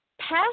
past